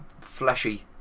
fleshy